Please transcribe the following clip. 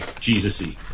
Jesus-y